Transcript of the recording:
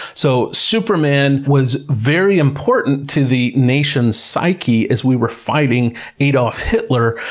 so, superman was very important to the nation's psyche as we were fighting adolf hitler,